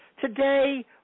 Today